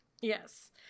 Yes